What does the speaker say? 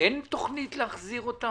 אין תוכנית להחזיר אותם?